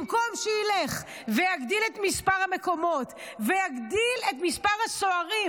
במקום שילך ויגדיל את מספר המקומות ויגדיל את מספר הסוהרים,